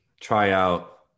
tryout